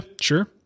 Sure